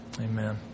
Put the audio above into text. Amen